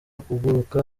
kuguruka